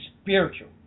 Spiritual